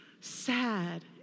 sad